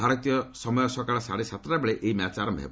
ଭାରତୀୟ ସମୟ ସକାଳ ସାଢ଼େ ସାତଟା ବେଳେ ଏହି ମ୍ୟାଚ୍ ଆରମ୍ଭ ହେବ